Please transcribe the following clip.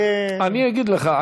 אני אגיד לך,